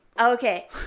Okay